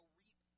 reap